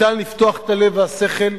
ניתן לפתוח את הלב ואת השכל,